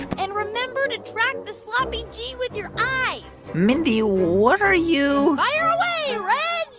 and remember to track the sloppy g with your eyes mindy, what are you. fire away, reg